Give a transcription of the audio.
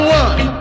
one